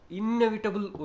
inevitable